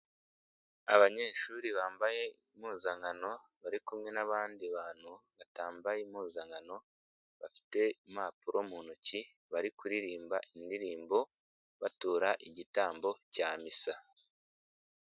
Abanyeshuri bambaye impuzankano bari kumwe n'abandi bantu batambaye impuzankano bafite impapuro mu ntoki bari kuririmba indirimbo batura igitambo cya misa.